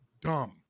dumb